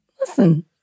Listen